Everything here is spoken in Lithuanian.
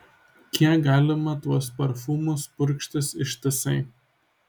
kiek galima tuos parfumus purkštis ištisai